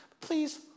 Please